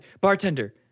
Bartender